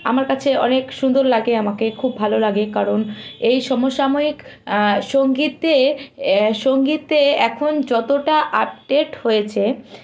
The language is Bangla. আমার কাছে অনেক সুন্দর লাগে আমাকে খুব ভালো লাগে কারণ এই সমসাময়িক সঙ্গীতে এ সঙ্গীতে এখন যতটা আপডেট হয়েছে